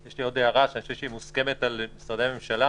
יש לי עוד הערה שאני חושב שמוסכמת על משרדי הממשלה: